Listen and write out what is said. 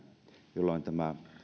jolloin tämä